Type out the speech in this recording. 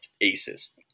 aces